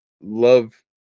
love